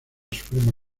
suprema